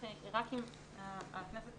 עוד דבר כללי,